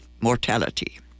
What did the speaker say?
mortality